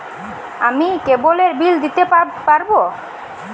আমি কেবলের বিল দিতে পারবো?